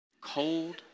cold